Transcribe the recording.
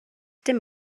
dim